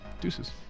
Deuces